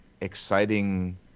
exciting